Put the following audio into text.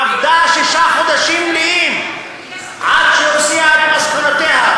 עבדה שישה חודשים מלאים עד שהוציאה את מסקנותיה.